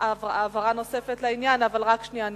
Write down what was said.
הבהרה נוספת לעניין, אבל רק שנייה.